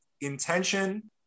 intention